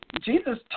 Jesus